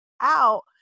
out